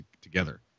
together